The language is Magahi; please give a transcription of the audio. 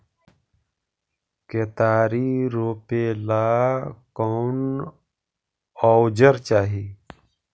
केतारी रोपेला कौन औजर चाही?